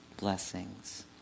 blessings